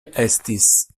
estis